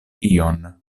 ion